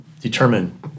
determine